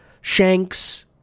Shanks